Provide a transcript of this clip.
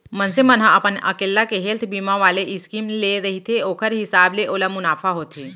मनसे मन ह अपन अकेल्ला के हेल्थ बीमा वाले स्कीम ले रहिथे ओखर हिसाब ले ओला मुनाफा होथे